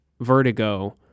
vertigo